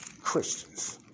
Christians